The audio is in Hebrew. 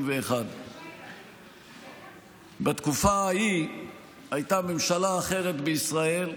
2021. בתקופה ההיא הייתה ממשלה אחרת בישראל,